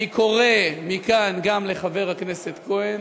אני קורא מכאן גם לחבר הכנסת כהן,